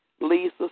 Lisa